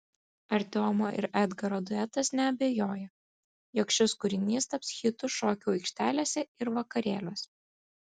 artiomo ir edgaro duetas neabejoja jog šis kūrinys taps hitu šokių aikštelėse ir vakarėliuose